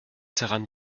daran